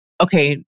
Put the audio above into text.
okay